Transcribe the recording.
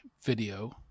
video